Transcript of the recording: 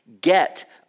get